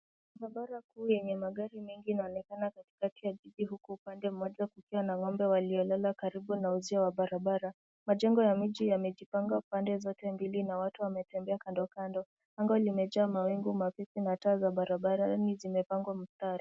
Barabara kuu yenye magari mengi inaonekana katikati ya jiji huku pande moja kukiwa na ng'ombe waliolala karibu na uzio wa barabara. Majengo ya miji yamejipanga pande zote mbili na watu wametembea kando kando. Anga limejaa mawingu mazito na taa za barabarani zimepangwa mstari.